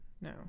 No